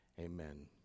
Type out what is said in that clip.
Amen